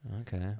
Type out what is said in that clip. okay